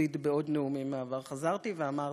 אכביד בעוד נאומים מהעבר, חזרתי ואמרתי: